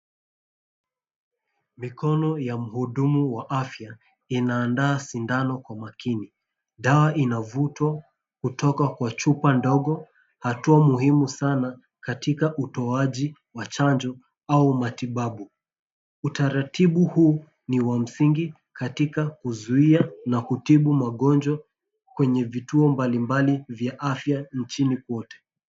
Mikono ya mhudumu wa afya inaandaa sindano kwa makini. Dawa inavutwa kutoka kwa chupa ndogo, hatua muhimu sana katika utoaji wa chanjo au matibabu. Utaratibu huu ni wa msingi katika kuzuia na kutibu magonjwa kwenye vituo mbalimbali vya afya nchini kwote.